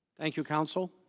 thank you counsel.